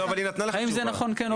האם זה נכון, כן או לא.